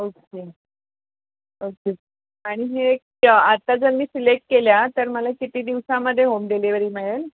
okay okay आणि हे आता जर मी सिलेक्ट केल्या तर मला किती दिवसामध्ये होम डिलेवरी मिळेल